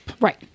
Right